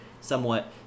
somewhat